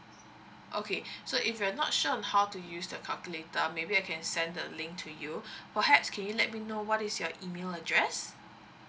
okay so if you're not sure on how to use the calculator maybe I can send the link to you perhaps can you let me know what is your email address